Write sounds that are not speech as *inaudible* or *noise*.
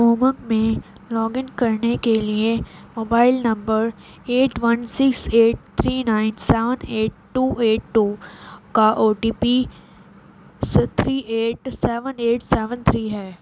امنگ میں log in کرنے کے لیے mobile number eight one six eight three nine seven eight two eight two کا O T P *unintelligible* three eight seven eight seven three ہے